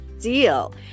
deal